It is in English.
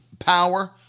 power